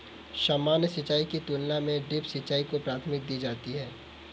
सामान्य सिंचाई की तुलना में ड्रिप सिंचाई को प्राथमिकता दी जाती है